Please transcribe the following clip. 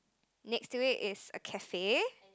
next to it is a cafe